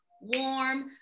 warm